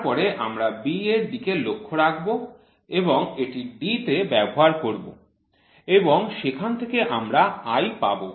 তারপরে আমরা b এর দিকে লক্ষ্য রাখব এবং এটি D তে ব্যবহার করব এবং সেখান থেকে আমরা I পাব